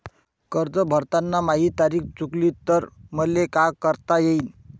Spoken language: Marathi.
कर्ज भरताना माही तारीख चुकली तर मले का करता येईन?